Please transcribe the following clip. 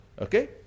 okay